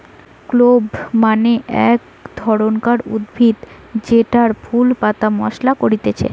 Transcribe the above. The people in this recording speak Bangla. ক্লোভ মানে এক ধরণকার উদ্ভিদ জেতার ফুল পাতা মশলা করতিছে